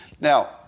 Now